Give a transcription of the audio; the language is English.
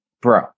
bro